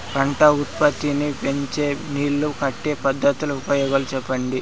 పంట ఉత్పత్తి నీ పెంచే నీళ్లు కట్టే పద్ధతుల ఉపయోగాలు చెప్పండి?